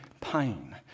pain